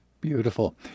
Beautiful